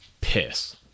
piss